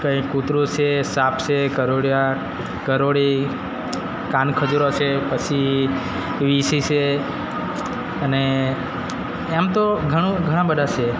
કઈ કૂતરો છે સાપ છે કરોળીયા ગરોળી કાનખજૂરા છે પછી વીસી સે અને એમ તો ઘણું ઘણા બધા છે